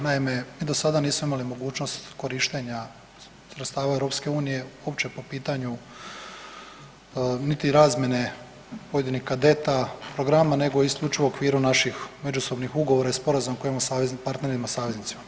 Naime, mi do sada nismo imali mogućnost korištenja sredstava EU uopće po pitanju niti razmjene pojedinih kadeta, programa, nego isključivo u okviru naših međusobnih ugovora i sporazuma koje imamo sa partnerima saveznicima.